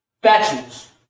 Batches